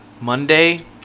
monday